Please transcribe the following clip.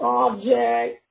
object